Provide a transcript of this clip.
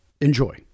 Enjoy